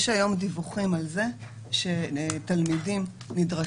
יש היו דיווחים על כך שתלמידים נדרשים,